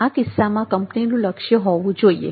આ કિસ્સામાં કંપનીનું લક્ષ્ય હોવું જોઈએ